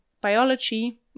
biology